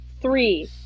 Three